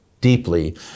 deeply